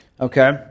Okay